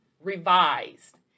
revised